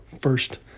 first